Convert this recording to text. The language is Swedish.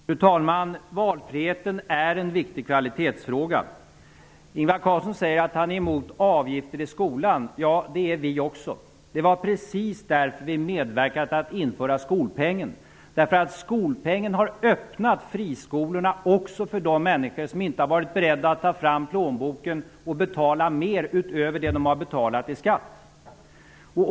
Fru talman! Valfriheten är en viktig kvalitetsfråga. Ingvar Carlsson säger att han är emot avgifter i skolan. Det är vi också. Det var precis därför vi medverkade till att införa skolpengen. Skolpengen har öppnat friskolorna också för de människor som inte har varit beredda att ta fram plånboken och betala mer utöver det de har betalat i skatt.